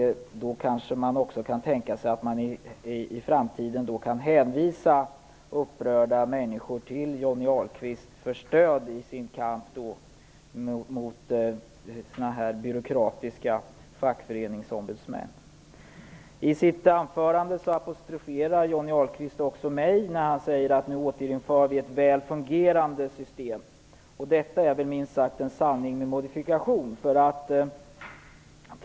Då kanske man också i framtiden kan tänka sig att hänvisa upprörda människor till Johnny Ahlqvist för stöd i deras kamp mot byråkratiska fackföreningsombudsmän. I sitt anförande apostroferade Johnny Ahlqvist också mig när han sade att man nu återinför ett väl fungerande system. Det är minst sagt en sanning med modifikation.